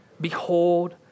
behold